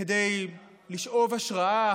כדי לשאוב השראה